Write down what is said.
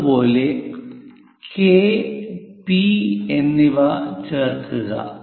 അതുപോലെ K P K P എന്നിവ ചേർക്കുക